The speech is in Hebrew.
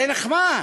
זה נחמד.